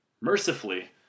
Mercifully